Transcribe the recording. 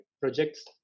projects